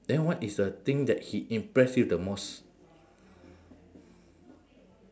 then what is the thing that he impress you the most